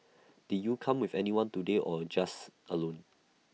did you come with anyone today or you're just alone